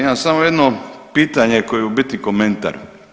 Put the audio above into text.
Imam samo jedno pitanje koje je u biti komentar.